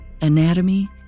anatomy